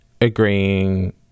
agreeing